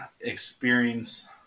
experience